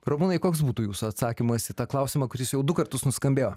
rumūnai koks būtų jūsų atsakymas į tą klausimą kuris jau du kartus nuskambėjo